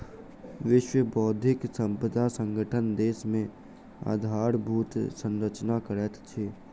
विश्व बौद्धिक संपदा संगठन देश मे आधारभूत संरचना करैत अछि